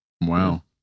Wow